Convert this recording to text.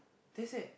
they said